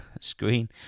screen